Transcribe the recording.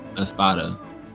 Espada